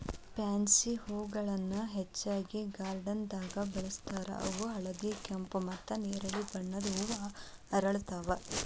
pansy ಹೂಗಳನ್ನ ಹೆಚ್ಚಾಗಿ ಗಾರ್ಡನ್ದಾಗ ಬೆಳೆಸ್ತಾರ ಇವು ಹಳದಿ, ಕೆಂಪು, ಮತ್ತ್ ನೆರಳಿ ಬಣ್ಣದ ಹೂ ಅರಳ್ತಾವ